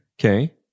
Okay